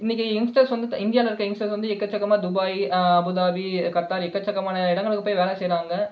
இன்றைக்கி எங்ஸ்டர்ஸ் வந்து இந்தியாவில் இருக்கற எங்ஸ்டர்ஸ் வந்து எக்கச்சக்கமாக துபாய் அபுதாபி கத்தார் எக்கச்சக்கமான இடங்களுக்கு போய் வேலை செய்கிறாங்க